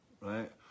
right